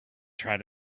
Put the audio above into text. try